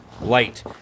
light